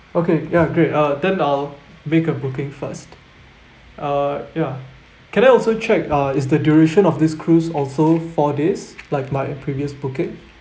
okay ya great uh then I'll make a booking first uh ya can I also check uh is the duration of this cruise also four days like my previous booking